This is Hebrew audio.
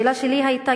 השאלה שלי היתה,